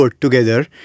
together